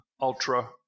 ultra